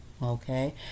Okay